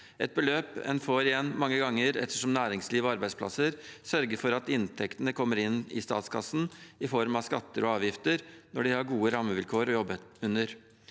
et beløp en får igjen mange ganger, ettersom næringsliv og arbeidsplasser sørger for at inntektene kommer inn i statskassen i form av skatter og avgifter når de har gode rammevilkår å jobbe under.